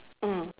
mm